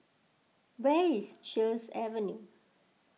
where is Sheares Avenue